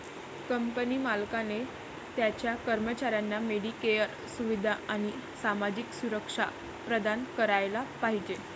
company मालकाने त्याच्या कर्मचाऱ्यांना मेडिकेअर सुविधा आणि सामाजिक सुरक्षा प्रदान करायला पाहिजे